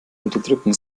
unterdrücken